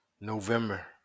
November